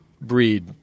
breed